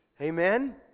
Amen